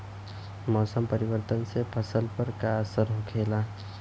मौसम परिवर्तन से फसल पर का असर होखेला?